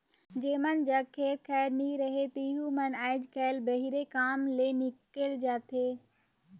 जेमन जग खेत खाएर नी रहें तेहू मन आएज काएल बाहिरे कमाए ले हिकेल जाथें